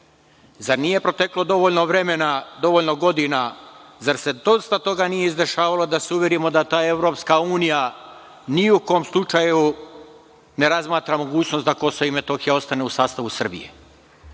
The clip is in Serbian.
Zar nije proteklo dovoljno vremena, dovoljno godina, zar se dosta toga nije izdešavalo da se uverimo da EU ni u kom slučaju ne razmatra mogućnost da Kosovo i Metohija ostane u sastavu Srbije?